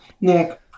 Nick